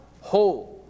whole